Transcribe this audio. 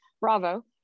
Bravo